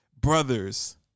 brothers